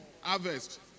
harvest